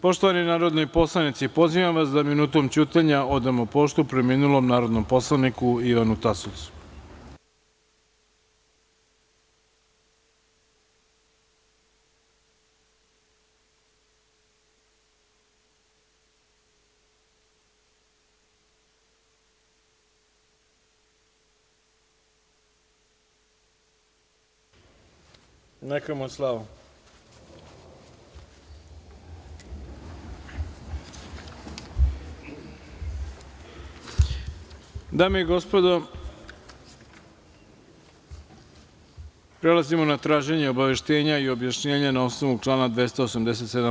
Poštovani narodni poslanici, pozivam vas da minutom ćutanja odamo poštu preminulom narodnom poslaniku Ivanu Tasovcu. (Neka mu je slava.) Dame i gospodo, prelazimo na traženje obaveštenja i objašnjenja na osnovu člana 287.